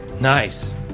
Nice